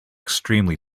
extremely